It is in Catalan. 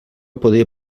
podia